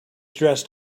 dressed